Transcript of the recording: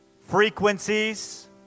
frequencies